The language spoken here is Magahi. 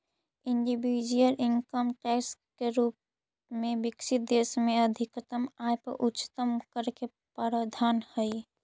इंडिविजुअल इनकम टैक्स के रूप में विकसित देश में अधिकतम आय पर उच्चतम कर के प्रावधान हई